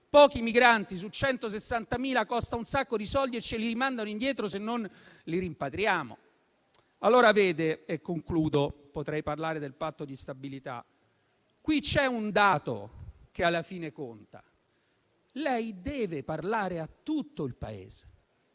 pochi migranti su 160.000 arrivati; costa un sacco di soldi e ce li rimandano indietro, se non li rimpatriamo. Mi avvio a concludere. Potrei parlare del Patto di stabilità. Qui c'è un dato che alla fine conta: lei deve parlare a tutto il Paese,